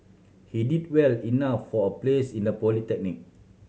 he did well enough for a place in a polytechnic